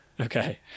okay